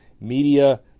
media